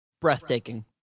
breathtaking